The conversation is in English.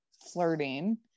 flirting